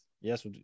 Yes